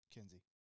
Kenzie